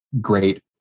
great